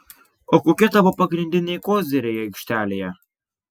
o kokie tavo pagrindiniai koziriai aikštelėje